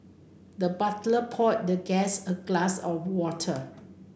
the butler poured the guest a glass of water